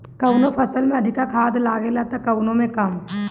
कवनो फसल में अधिका खाद लागेला त कवनो में कम